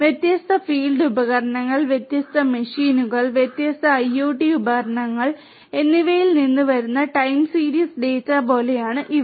വ്യത്യസ്ത ഫീൽഡ് ഉപകരണങ്ങൾ വ്യത്യസ്ത മെഷീനുകൾ വ്യത്യസ്ത ഐഒടി ഉപകരണങ്ങൾ എന്നിവയിൽ നിന്ന് വരുന്ന ടൈം സീരീസ് ഡാറ്റ പോലെയാണ് ഇവ